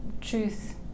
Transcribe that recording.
truth